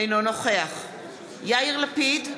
אינו נוכח יאיר לפיד,